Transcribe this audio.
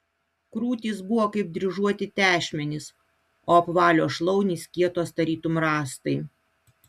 krūtys buvo kaip dryžuoti tešmenys o apvalios šlaunys kietos tarytum rąstai